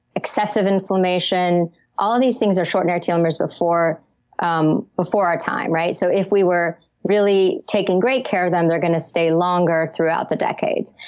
excessive inflammation all these things are shortening our telomeres before um before our time. so if we were really taking great care of them, they're going to stay longer throughout the decades,